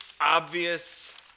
obvious